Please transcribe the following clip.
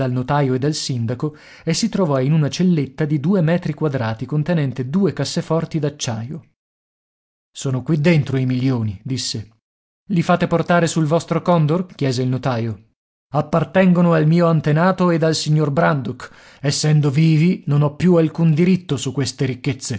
dal notaio e dal sindaco e si trovò in una celletta di due metri quadrati contenente due casseforti d'acciaio sono qui dentro i milioni disse i fate portare sul vostro condor chiese il notaio appartengono al mio antenato ed al signor brandok essendo vivi non ho più alcun diritto su queste ricchezze